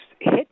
hit